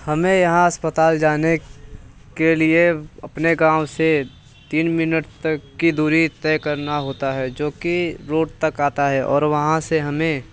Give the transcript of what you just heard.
हमें यहाँ अस्पताल जाने के लिए अपने गाँव से तीन मिनट तक की दूरी तय करना होता है जो कि रोड तक आता है और वहाँ से हमें